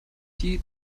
die